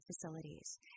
facilities